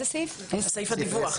בסעיף 10. בסעיף הדיווח.